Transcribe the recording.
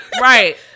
right